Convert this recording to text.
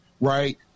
Right